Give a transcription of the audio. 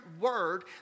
word